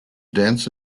dense